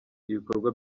ibikorwa